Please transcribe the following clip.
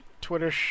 Twitter